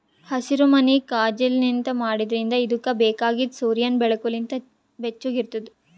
ಹಸಿರುಮನಿ ಕಾಜಿನ್ಲಿಂತ್ ಮಾಡಿದ್ರಿಂದ್ ಇದುಕ್ ಬೇಕಾಗಿದ್ ಸೂರ್ಯನ್ ಬೆಳಕು ಲಿಂತ್ ಬೆಚ್ಚುಗ್ ಇರ್ತುದ್